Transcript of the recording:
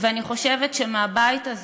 אני חושבת שמהבית הזה